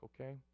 okay